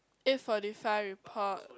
eight forty five report